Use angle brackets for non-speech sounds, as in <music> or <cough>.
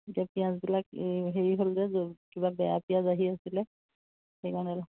এতিয়া পিঁয়াজবিলাক এই হেৰি হ'ল যে <unintelligible> কিবা বেয়া পিঁয়াজ আহি আছিলে সেইকাৰণে